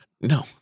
No